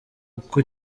uko